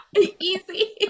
Easy